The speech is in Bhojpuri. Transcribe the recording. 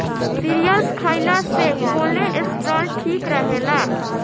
सीरियल्स खइला से कोलेस्ट्राल ठीक रहेला